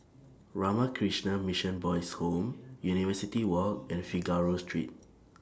Ramakrishna Mission Boys' Home University Walk and Figaro Street